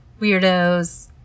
weirdos